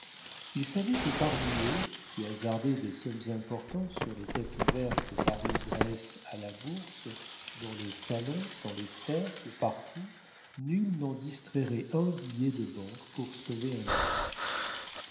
il savait que parmi eux qui hasardaient des sommes importantes sur les tapis verts que paris dresse à la bourse dans les salons dans les cercles partout nul n'en distrairait un billet de banque pour sauver un ami